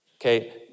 Okay